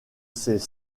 ces